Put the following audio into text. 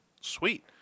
sweet